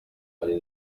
ari